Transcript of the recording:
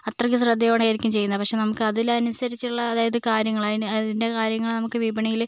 അത്രക്ക് ശ്രദ്ധയോടെയായിരിക്കും ചെയ്യുന്നത് പക്ഷെ നമുക്ക് അതിനനുസരിച്ചുള്ള അതായത് കാര്യങ്ങൾ അതിൻ്റെ കാര്യങ്ങൾ നമുക്ക് വിപണിയിൽ